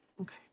Okay